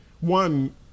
one